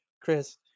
chris